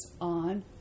on